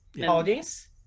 audience